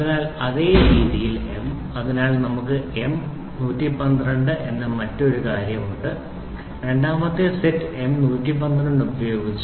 അതിനാൽ അതേ രീതിയിൽ M അതിനാൽ നമുക്ക് M 112 എന്ന മറ്റൊരു കാര്യം ഉണ്ട് രണ്ടാമത്തെ സെറ്റ് M 112 ഉപയോഗിച്ച്